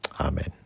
Amen